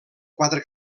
quatre